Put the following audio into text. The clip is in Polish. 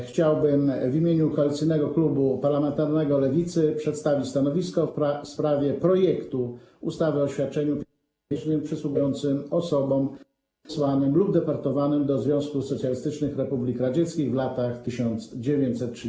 Chciałbym w imieniu Koalicyjnego Klubu Parlamentarnego Lewicy przedstawić stanowisko w sprawie projektu ustawy o świadczeniu pieniężnym przysługującym osobom zesłanym lub deportowanym do Związku Socjalistycznych Republik Radzieckich w latach 1939–1956.